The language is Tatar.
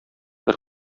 бер